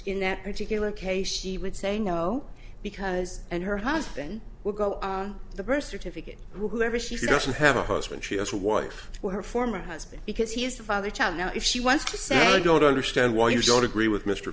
in that particular case she would say no because and her husband will go the birth certificate whoever she doesn't have a husband she has a wife to her former husband because he is the father child now if she wants to say i don't understand why you don't agree with mr